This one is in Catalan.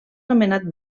nomenat